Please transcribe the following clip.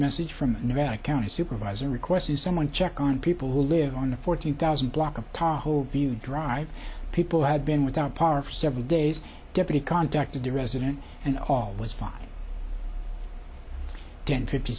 message from nevada county supervisor requested someone to check on people who live on the fourteen thousand block of tahu view drive people had been without power for several days deputy contacted the resident and all was fine ten fifty